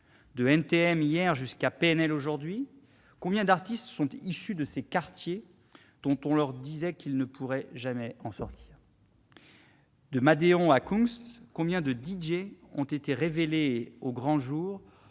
De NTM hier jusqu'à PNL aujourd'hui, combien d'artistes sont issus de ces quartiers dont on leur disait qu'ils ne pourraient jamais sortir ? De Madeon à Kungs, combien de DJ ont été révélés au grand jour